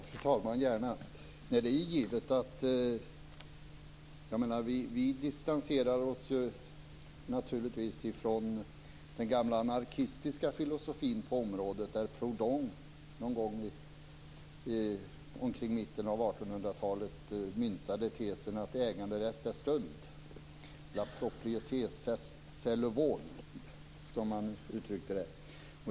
Fru talman! Gärna det. Vi distanserar oss naturligtvis från den gamla anarkistiska filosofin på området, där Proudhon någon gång omkring mitten av 1800-talet myntade tesen att äganderätt är stöld - la propriété c'est le vol, som han uttryckte det.